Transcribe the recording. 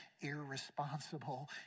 irresponsible